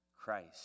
Christ